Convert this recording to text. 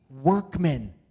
workmen